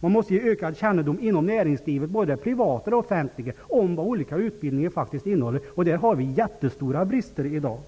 Vi måste ge ökad kännedom inom både det privata och det offentliga näringslivet om vad olika utbildningar faktiskt innehåller. Där finns det jättestora brister i dag.